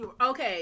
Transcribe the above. okay